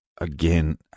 again